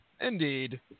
Indeed